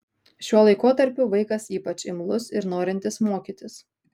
šiuo laikotarpiu vaikas ypač imlus ir norintis mokytis